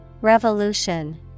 Revolution